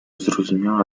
zrozumiała